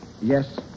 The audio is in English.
Yes